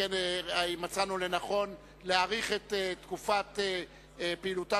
שכן מצאנו לנכון להאריך את תקופת פעילותה